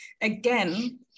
Again